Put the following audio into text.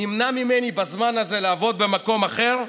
נמנע ממני בזמן הזה לעבוד במקום אחר,